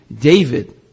David